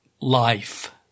life